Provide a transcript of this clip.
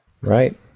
right